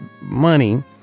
money